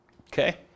Okay